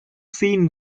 seen